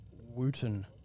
Wooten